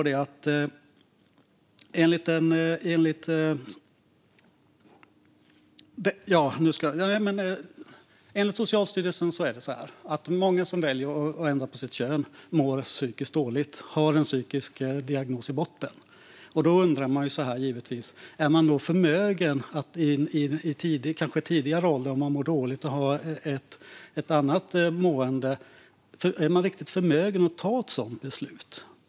Enligt Socialstyrelsen är det så att många som väljer att ändra sitt kön mår psykiskt dåligt och har en psykisk diagnos i botten. Om man då i tidig ålder mår dåligt, är man då riktigt förmögen att ta ett sådant beslut?